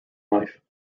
life